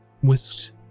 whisked